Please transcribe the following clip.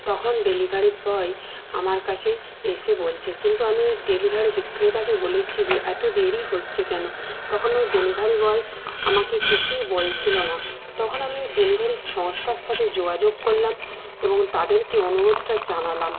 তখন delivery boy আমার কাছে এসে বলছে কিন্তু আমি ওই ডেলিভারি বিক্রেতাকে বলেছি যে এত দেরি হচ্ছে কেন তখন ওই ডেলিভারি বয় আমাকে কিছুই বলছিলো না তখন আমি ওই ডেলিভারি সংস্থার সাথে যোগাযোগ করলাম এবং তাদেরকে অনুরোধটা জানালাম